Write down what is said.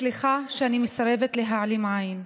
סליחה שאני מסרבת להעלים עין.